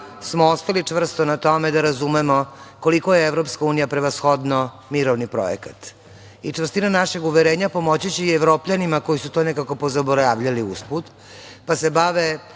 smo ostali čvrsto na tome da razumemo koliko je EU prevashodno mirovni projekat. Čvrstina našeg uverenja će pomoći Evropljanima koji su to nekako pozaboravljali usput, pa se bave